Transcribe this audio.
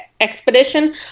expedition